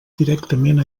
directament